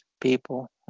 people